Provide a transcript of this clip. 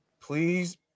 please